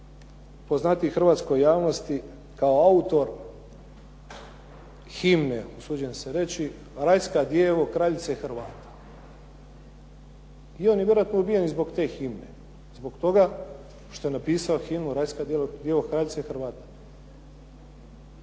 poznatiji hrvatskoj javnosti kao autor himne usuđujem se reći Rajska djevo kraljice Hrvata. I on je vjerojatno ubijen i zbog te himne i zbog toga što je napisao himnu Rajska djevo kraljice Hrvata.